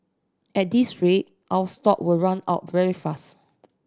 at this rate our stock will run out very fast